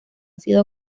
sido